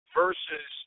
versus